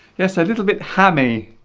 yes a little bit hammy